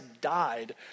died